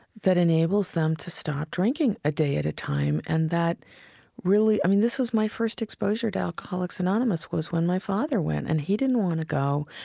that enables them to stop drinking a day at a time and that really, i mean, this was my first exposure to alcoholics anonymous was when my father went. and he didn't want to go.